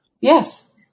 Yes